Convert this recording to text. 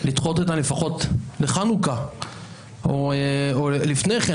לדחות אותן לפחות לחנוכה או לפני כן,